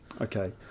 Okay